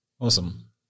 awesome